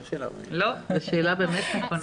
לא, זו שאלה באמת נכונה.